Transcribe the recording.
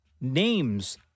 names